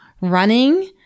running